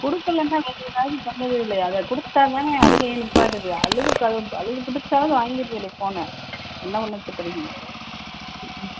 கொடுக்கலன்னா அதுவோ எதாவது பண்ணுது இல்லையா அதை கொடுத்தா தானே அழுகையே நிற்பாட்டுது அழுது அழுது பிடிச்சாது வாங்கிட்டு போய்டுது ஃபோனை என்ன பண்ண சொல்கிறிங்க